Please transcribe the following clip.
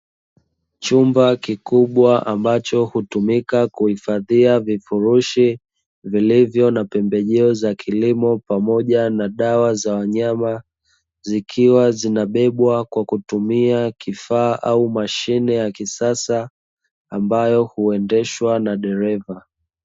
Chumba kikubwa ambacho hutumika kuhifadhia vifurushi vilivyo na pembejeo za kilimo pamoja na dawa za wanyama ,zikiwa zinabebwa kwa kutumia kifaa au mashine ya kisasa ambayo huendeshwa na dereva.